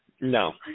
No